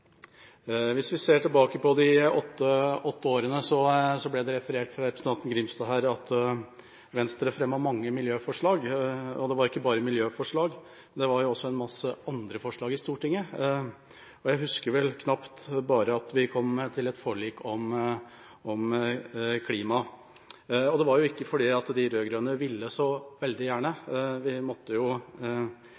Hvis vi ser tilbake på de åtte årene med rød-grønt styre, fremmet Venstre mange miljøforslag, som representanten Grimstad refererte til. Men vi fremmet ikke bare miljøforslag. Det var også mange andre forslag i Stortinget, og jeg husker bare at vi kom til et forlik om klima. Det skjedde ikke fordi de rød-grønne ville det så veldig gjerne.